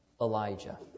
Elijah